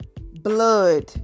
blood